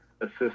assist